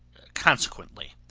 consequently,